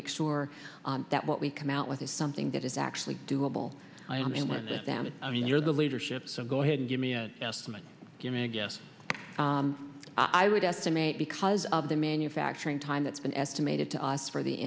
make sure that what we come out with is something that is actually doable i mean one of them i mean you're the leadership so go ahead and give me an estimate you know i guess i would estimate because of the manufacturing time it's been estimated to us for the